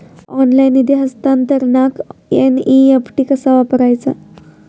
Online निधी हस्तांतरणाक NEFT कसा वापरायचा?